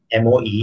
MOE